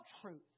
truth